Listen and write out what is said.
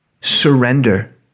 surrender